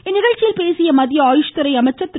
இந்நிகழ்ச்சியில் பேசிய மத்திய ஆயுஷ்துறை அமைச்சர் திரு